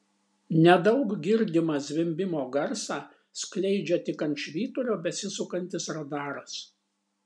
nedaug girdimą zvimbimo garsą skleidžia tik ant švyturio besisukantis radaras